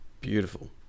beautiful